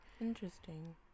Interesting